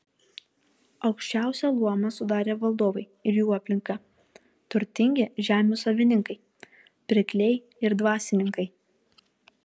aukščiausią luomą sudarė valdovai ir jų aplinka turtingi žemių savininkai pirkliai ir dvasininkai